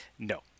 No